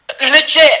legit